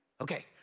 Okay